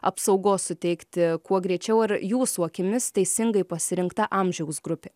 apsaugos suteikti kuo greičiau ar jūsų akimis teisingai pasirinkta amžiaus grupė